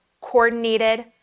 coordinated